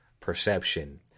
perception